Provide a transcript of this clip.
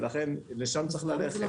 ולכן לשם צריך ללכת,